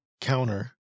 counter